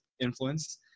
influence